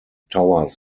towers